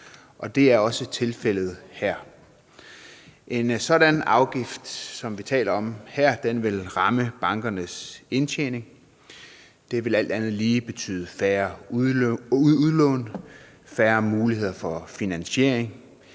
det er også tilfældet her. En sådan afgift, som vi taler om her, vil ramme bankernes indtjening. Det vil alt andet lige betyde færre udlån, færre muligheder for finansiering;